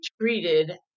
treated